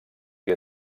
qui